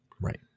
Right